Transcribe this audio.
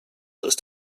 ist